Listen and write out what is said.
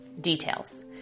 Details